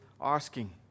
asking